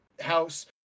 house